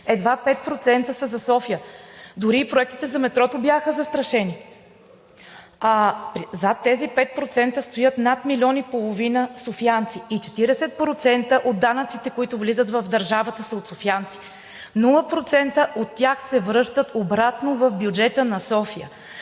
едва 5% са за София, дори и проектите за метрото бяха застрашени. Зад тези 5% стоят над 1,5 милиона софиянци и 40% от данъците, които влизат в държавата, са от софиянци. Нула процента от тях се връщат обратно в бюджета на София.